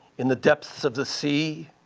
in the depths of the sea,